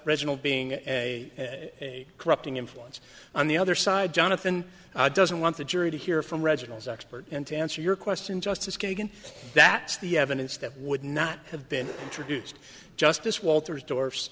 reginald being a corrupting influence on the other side jonathan doesn't want the jury to hear from reginald's expert and to answer your question justice kagan that's the evidence that would not have been introduced justice walters doors